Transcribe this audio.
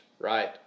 right